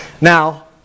Now